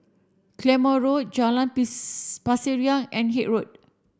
Claymore Road Jalan Pasir Ria and Haig Road